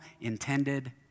intended